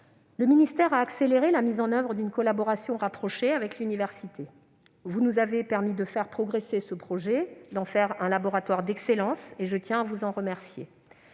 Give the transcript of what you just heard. le ministère a accéléré la mise en oeuvre d'une collaboration rapprochée avec l'université. Vous nous avez permis de faire progresser ce projet, afin d'en faire un laboratoire d'excellence ; je tiens à vous en remercier.